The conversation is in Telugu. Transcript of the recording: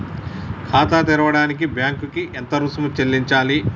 ఖాతా తెరవడానికి బ్యాంక్ కి ఎంత రుసుము చెల్లించాలి?